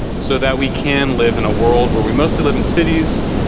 so that we can live in a world where we mostly live in cities,